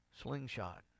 slingshot